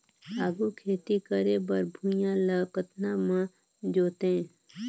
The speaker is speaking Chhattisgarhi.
आघु खेती करे बर भुइयां ल कतना म जोतेयं?